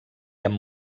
amb